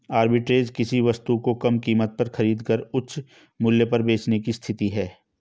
arbitrage किसी वस्तु को कम कीमत पर खरीद कर उच्च मूल्य पर बेचने की स्थिति है